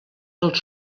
dels